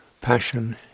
passion